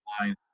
line